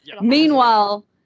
Meanwhile